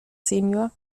sen